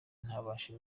ntabashe